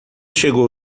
chegou